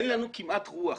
אין לנו כמעט רוח